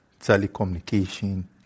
telecommunication